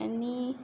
आनी